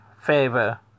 favor